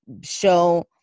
show –